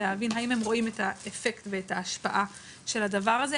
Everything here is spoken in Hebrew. להבין האם הם רואים את האפקט ואת ההשפעה של הדבר הזה.